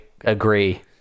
agree